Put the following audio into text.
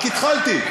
רק התחלתי.